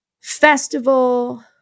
festival